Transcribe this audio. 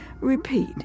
repeat